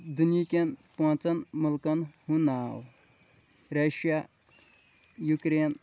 دُنیہِکٮ۪ن پانٛژن مُلکَن ہُنٛد ناو ریشیہ یوٗکرین